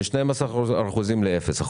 מ-12% ל-0%.